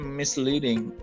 misleading